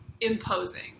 imposing